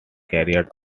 carried